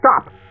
Stop